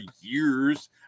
years